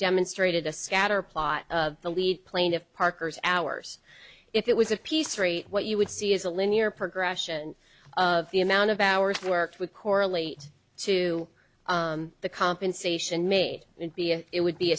demonstrated a scatterplot the lead plaintiff parker's ours if it was a piece rate what you would see is a linear progression of the amount of hours worked with correlate to the compensation made it would be